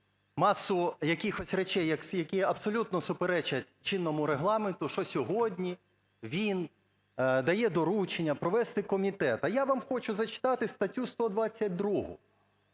масу якихось речей, які є абсолютно суперечать чинному Регламенту, що сьогодні він дає доручення провести комітет. А я вам хочу зачитати статтю 122.